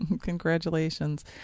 Congratulations